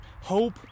Hope